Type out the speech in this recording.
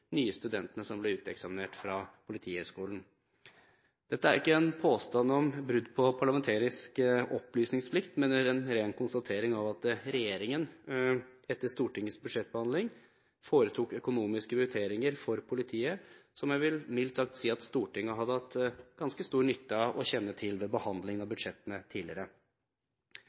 nye studentene som ble uteksaminert fra Politihøgskolen. Dette er ikke en påstand om brudd på parlamentarisk opplysningsplikt, men en ren konstatering av at regjeringen etter Stortingets budsjettbehandling foretok økonomiske prioriteringer for politiet som jeg, mildt sagt, vil si at Stortinget hadde hatt ganske stor nytte av å kjenne til tidligere, ved behandling av budsjettene.